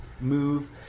move